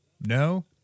No